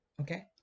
okay